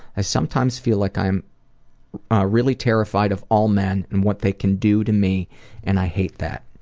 i sometimes feel like i am really terrified of all men and what they can do to me and i hate that.